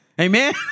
Amen